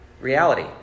reality